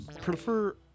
prefer